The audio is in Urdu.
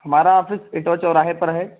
ہمارا آفس چوراہے پر ہے